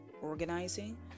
organizing